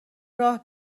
راه